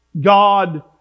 God